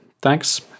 Thanks